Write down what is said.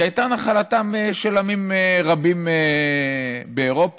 הייתה נחלתם של עמים רבים באירופה.